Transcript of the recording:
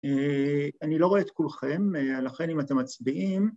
‫אני לא רואה את כולכם, ‫לכן אם אתם מצביעים...